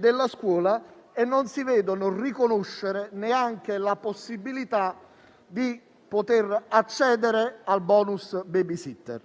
della scuola, e non si vedono riconoscere neanche la possibilità di accedere al *bonus babysitter*.